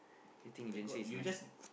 dating agency is my